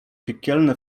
piekielne